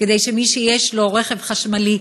כדי שמי שיש לו רכב חשמלי,